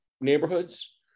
neighborhoods